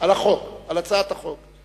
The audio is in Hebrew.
על הצעת החוק.